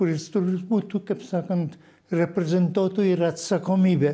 kuris turbūt būtų kaip sakant reprezentuotų yra atsakomybė